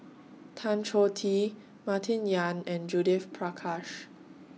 Tan Choh Tee Martin Yan and Judith Prakash